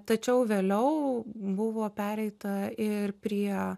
tačiau vėliau buvo pereita ir prie